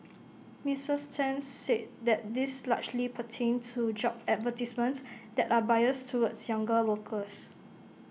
Misters ten said that these largely pertained to job advertisements that are biased towards younger workers